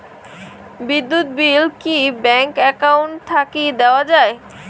বিদ্যুৎ বিল কি bank account থাকি দেওয়া য়ায়?